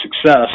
success